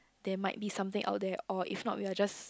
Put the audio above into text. there might be something out there or if not we are just